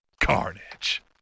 Carnage